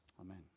Amen